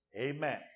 Amen